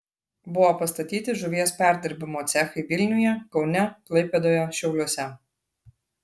buvo pastatyti žuvies perdirbimo cechai vilniuje kaune klaipėdoje šiauliuose